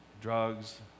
drugs